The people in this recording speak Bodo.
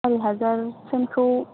सय हाजारसोनिखौ